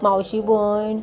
मावशी भयण